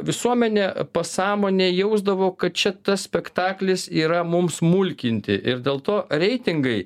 visuomenė pasąmonė jausdavo kad čia tas spektaklis yra mums mulkinti ir dėl to reitingai